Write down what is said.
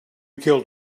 killed